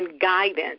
guidance